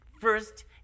first